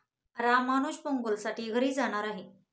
रामानुज पोंगलसाठी घरी जाणार आहे